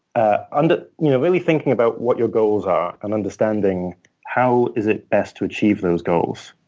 ah and you know really thinking about what your goals are, and understanding how is it best to achieve those goals.